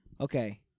Okay